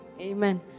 Amen